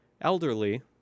elderly